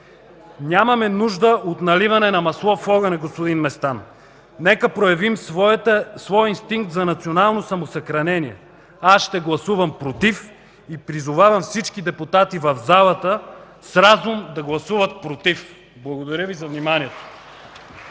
Нямаме нужда от наливане на масло в огъня, господин Местан, нека проявим своя инстинкт за национално самосъхранение. Аз ще гласувам „против” и призовавам всички депутати в залата с разум да гласуват „против”. Благодаря Ви за вниманието.